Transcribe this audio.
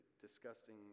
disgusting